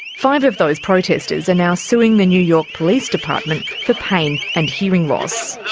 five of those protesters are now suing the new york police department for pain and hearing loss.